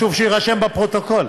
חשוב שיירשם בפרוטוקול.